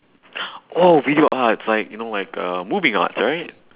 oh video arts like you know like uh moving arts right